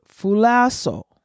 fulasso